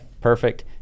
perfect